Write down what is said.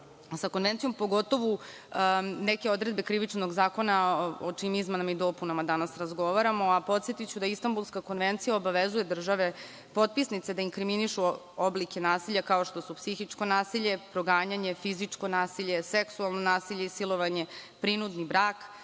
sa Konvencijom, pogotovo neke odredbe Krivičnog zakona o čijim izmenama i dopunama danas razgovaramo, a podsetiću da Istanbulska konvencija obavezuje države potpisnice da inkriminišu oblike nasilja, kao što su psihičko nasilje, proganjanje, fizičko nasilje, seksualno nasilje i silovanje, prinudni brak,